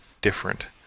different